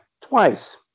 twice